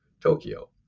Tokyo